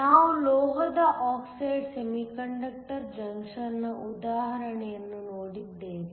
ನಾವು ಲೋಹದ oxide semiconductor ಜಂಕ್ಷನ್ನ ಉದಾಹರಣೆಯನ್ನು ನೋಡಿದ್ದೇವೆ